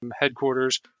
headquarters